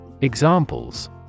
Examples